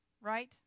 right